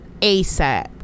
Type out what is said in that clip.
ASAP